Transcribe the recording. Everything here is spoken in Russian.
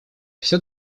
всё